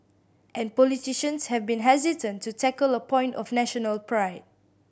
and politicians have been hesitant to tackle a point of national pride